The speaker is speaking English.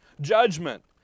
Judgment